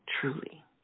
truly